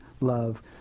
love